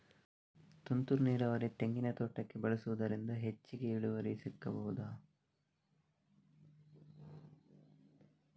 ತುಂತುರು ನೀರಾವರಿ ತೆಂಗಿನ ತೋಟಕ್ಕೆ ಬಳಸುವುದರಿಂದ ಹೆಚ್ಚಿಗೆ ಇಳುವರಿ ಸಿಕ್ಕಬಹುದ?